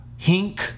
Hink